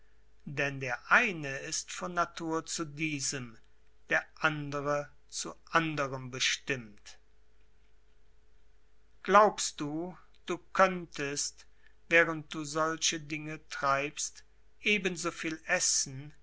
denn der eine ist von natur zu diesem der andere zu anderem bestimmt glaubst du du könnest während du solche dinge treibst ebensoviel essen